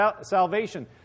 salvation